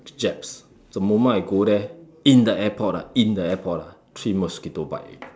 jabs the moment I go there in the airport ah in the airport ah three mosquito bites already